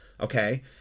Okay